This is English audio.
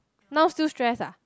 now still stress ah